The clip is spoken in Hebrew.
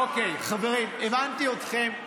אוקיי, חברים, הבנתי אתכם.